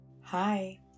hi